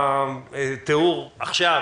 את התיאור עכשיו,